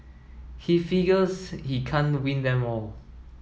he figures he can't win them all